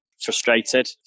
frustrated